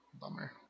Bummer